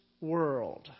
world